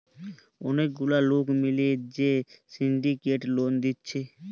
অনেক গুলা লোক মিলে যে সিন্ডিকেট লোন দিচ্ছে